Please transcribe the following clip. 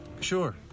Sure